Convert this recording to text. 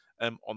on